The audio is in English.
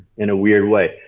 in a weird way.